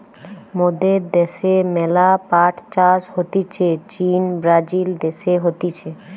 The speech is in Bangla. মোদের দ্যাশে ম্যালা পাট চাষ হতিছে চীন, ব্রাজিল দেশে হতিছে